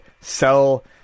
sell